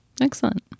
Excellent